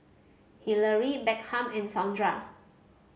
Hillery Beckham and Saundra